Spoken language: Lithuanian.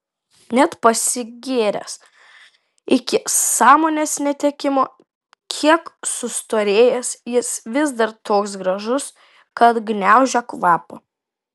net pasigėręs iki sąmonės netekimo kiek sustorėjęs jis vis dar toks gražus kad gniaužia kvapą